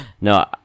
No